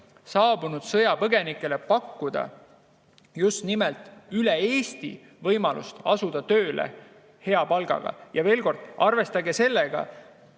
saabunud sõjapõgenikele just nimelt üle Eesti võimalust asuda tööle hea palgaga. Ja veel kord, arvestage sellega,